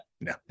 No